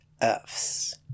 Fs